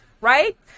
right